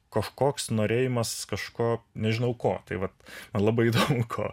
kažkoks norėjimas kažko nežinau ko tai vat labai daug ko